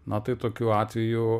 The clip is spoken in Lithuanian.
na tai tokiu atveju